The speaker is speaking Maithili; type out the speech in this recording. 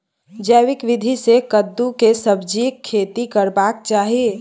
जैविक विधी से कद्दु के सब्जीक खेती करबाक चाही?